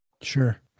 Sure